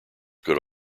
could